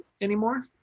anymore